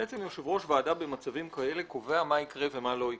בעצם יושב ראש ועדה במצבים כאלה קובע מה יקרה ומה לא יקרה.